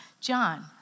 John